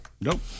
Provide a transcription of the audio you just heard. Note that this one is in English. Nope